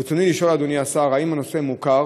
ברצוני לשאול, אדוני השר: 1. האם הנושא מוכר?